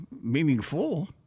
meaningful